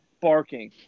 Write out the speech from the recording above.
barking